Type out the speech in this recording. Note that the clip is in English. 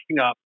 up